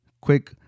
quick